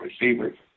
receivers